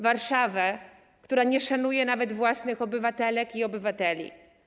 Warszawę, która nie szanuje nawet własnych obywatelek i obywateli.